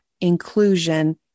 inclusion